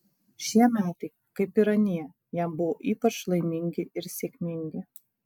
šie metai kaip ir anie jam buvo ypač laimingi ir sėkmingi